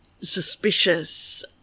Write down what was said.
suspicious